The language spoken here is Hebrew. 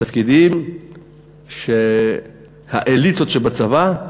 תפקידים של האליטות שבצבא.